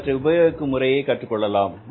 அவற்றை உபயோகிக்கும் முறையை கற்றுக் கொள்ளலாம்